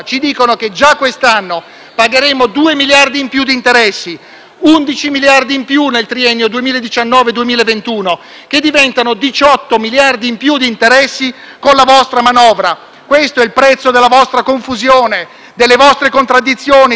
11 miliardi in più nel triennio 2019-2021 che diventano 18 miliardi in più di interessi con la vostra manovra. Questo è il prezzo della vostra confusione, delle vostre contraddizioni, della vostra demagogia e quelli sono soldi dei contribuenti,